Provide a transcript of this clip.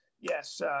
Yes